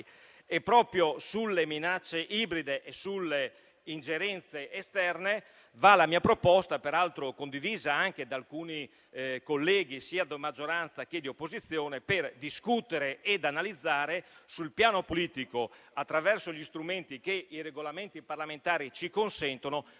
E proprio sulle minacce ibride e sulle ingerenze esterne va ad includere la mia proposta, peraltro condivisa anche da alcuni colleghi sia di maggioranza che di opposizione, per discutere ed analizzare sul piano politico, attraverso gli strumenti che i Regolamenti parlamentari ci consentono,